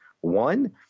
One